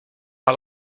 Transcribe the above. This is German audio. mal